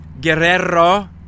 Guerrero